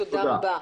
תודה רבה.